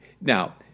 now